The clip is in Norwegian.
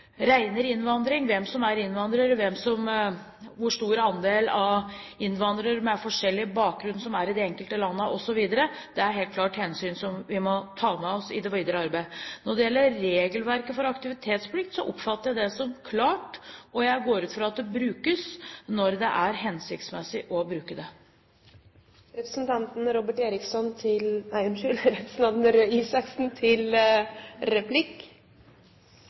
innvandring – hvem som er innvandrer, og hvor stor andel av innvandrere med forskjellig bakgrunn som er i de enkelte landene, osv. Det er helt klart hensyn som vi må ta med oss i det videre arbeidet. Når det gjelder regelverket for aktivitetsplikt, oppfatter jeg det som klart. Jeg går ut fra at det brukes når det er hensiktsmessig å bruke det. Statsråden antar at regelverket brukes. Men har statsråden noen grunn til